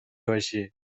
باشه